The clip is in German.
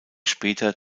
später